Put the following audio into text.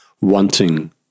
wanting